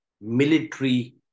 military